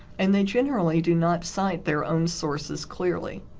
and they generally do not cite their own sources clearly